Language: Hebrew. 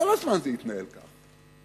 שכל הזמן זה התנהל ככה.